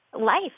life